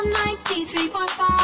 93.5